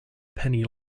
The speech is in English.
penny